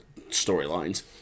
storylines